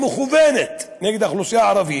המכוונת נגד האוכלוסייה הערבית,